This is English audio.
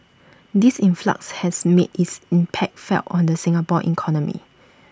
this influx has made its impact felt on the Singapore economy